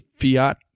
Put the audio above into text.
fiat